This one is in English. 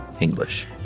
English